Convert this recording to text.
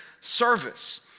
service